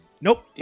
Nope